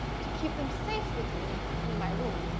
to keep them safe with me in my room.